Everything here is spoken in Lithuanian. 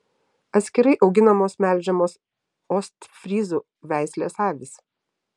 atskirai auginamos melžiamos ostfryzų veislės avys